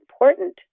important